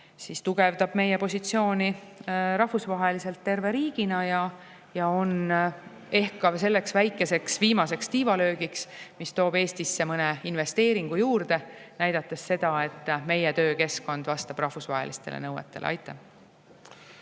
tugevdab meie positsiooni rahvusvaheliselt terve riigina ja on ehk ka selleks väikeseks viimaseks tiivalöögiks, mis toob Eestisse mõne investeeringu juurde, kui me näitame seda, et meie töökeskkond vastab rahvusvahelistele nõuetele. Kert